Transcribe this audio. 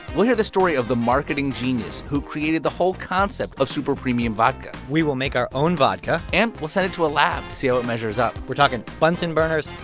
we'll hear the story of the marketing genius who created the whole concept of super-premium vodka we will make our own vodka and we'll send it to a lab to see how it measures up we're talking bunsen burners,